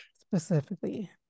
Specifically